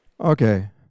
Okay